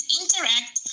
interact